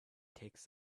takes